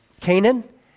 Canaan